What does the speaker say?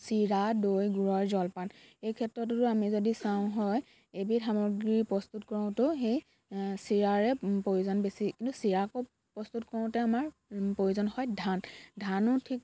চিৰা দৈ গুড়ৰ জলপান এই ক্ষেত্ৰততো আমি যদি চাওঁ হয় এইবিধ সামগ্ৰী প্ৰস্তুত কৰোঁতেও সেই চিৰাৰে প্ৰয়োজন বেছি কিন্তু চিৰা আকৌ প্ৰস্তুত কৰোঁতে আমাৰ প্ৰয়োজন হয় ধান ধানো ঠিক